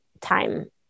time